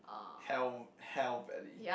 hell hell barely